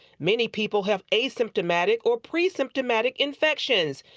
many people have asim totmatic or presim toematic infections.